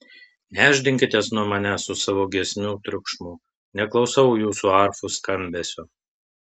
nešdinkitės nuo manęs su savo giesmių triukšmu neklausau jūsų arfų skambesio